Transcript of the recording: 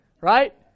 Right